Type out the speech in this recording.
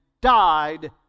died